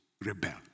rebel